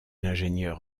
l’ingénieur